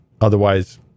otherwise